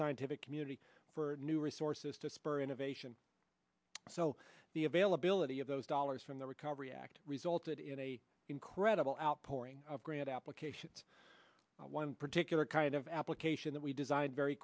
scientific community for new resources to spur innovation so the availability of those dollars from the recovery act resulted in a incredible outpouring of grant applications one particular kind of application that we designed very